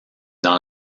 dans